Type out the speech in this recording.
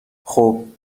خوب